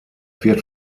wird